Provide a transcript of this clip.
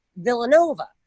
Villanova